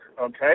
okay